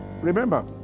Remember